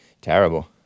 Terrible